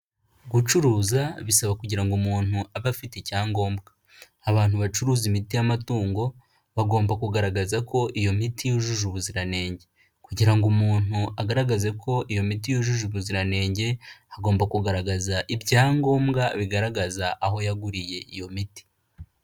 Gucuruza bisaba kugira ngo umuntu abe afite icyangombwa, abantu bacuruza imiti y'amatungo bagomba kugaragaza ko iyo miti yujuje ubuziranenge, kugira ngo umuntu agaragaze ko iyo miti yujuje ubuziranenge agomba kugaragaza ibyangombwa bigaragaza aho yaguriye iyo miti.